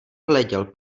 hleděl